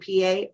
PA